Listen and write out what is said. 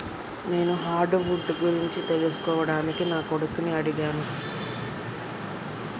నాను hardwood గురించి తెలుసుకోవడానికి నా కొడుకుని అడిగాను